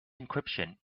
encryption